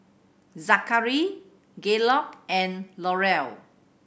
Zakary Gaylord and Laurel